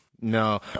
No